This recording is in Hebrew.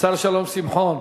השר שלום שמחון,